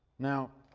now,